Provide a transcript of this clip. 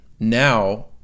Now